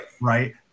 Right